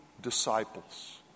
disciples